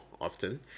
often